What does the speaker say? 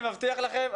אני מבטיח לכם,